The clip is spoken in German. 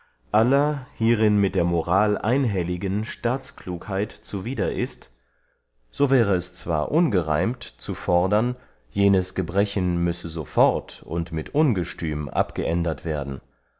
aller hierin mit der moral einhelligen staatsklugheit zuwider ist so wäre es zwar ungereimt zu fordern jenes gebrechen müsse sofort und mit ungestüm abgeändert werden